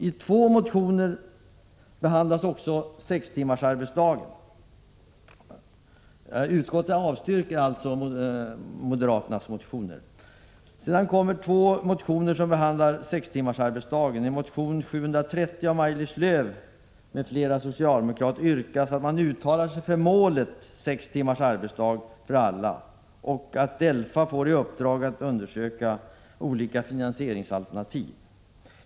Utskottet avstyrker alltså moderaternas motioner. Herr talman! I två motioner behandlas frågan om sex timmars arbetsdag. I motion 1985/86:A730 av Maj-Lis Lööw m.fl. yrkas att riksdagen uttalar sig för målet sex timmars arbetsdag för alla och att DELFA får i uppdrag att undersöka olika finansieringsalternativ.